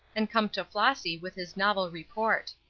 and come to flossy with his novel report.